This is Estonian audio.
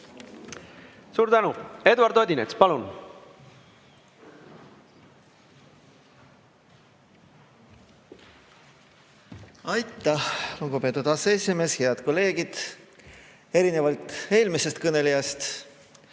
Suur tänu! Eduard Odinets, palun! Aitäh, lugupeetud aseesimees! Head kolleegid! Erinevalt eelmisest kõnelejast